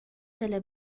dalla